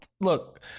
look